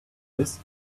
this